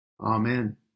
Amen